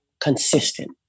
consistent